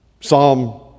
Psalm